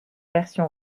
version